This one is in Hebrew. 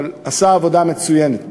אבל עשה עבודה מצוינת.